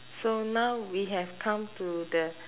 so now we have come to the